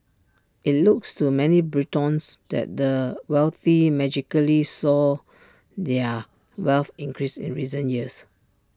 IT looks to many Britons that the wealthy magically saw their wealth increase in recent years